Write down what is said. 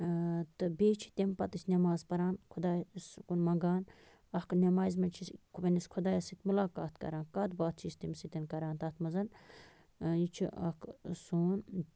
تہٕ بیٚیہِ چھِ تَمۍ پَتہٕ أسۍ نٮ۪ماز پران خۄدایَس کُن منٛگان اَکھ نٮ۪مازِ منٛز چھِ أسۍ پنٛنِس خۄدایَس سۭتۍ مُلاقات کران کَتھ باتھ چھِ أسۍ تٔمِس سۭتۍ کَران تَتھ منٛز یہِ چھُ اَکھ سون